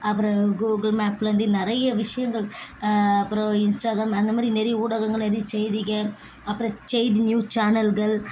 அப்புறம் கூகுள் மேப்லருந்து நிறைய விஷயங்கள் அப்புறம் இன்ஸ்ட்டாக்ராம் அந்தமாதிரி நிறைய ஊடகங்கள் நிறைய செய்திகள் அப்புறம் செய்தி நியூஸ் சேனல்கள்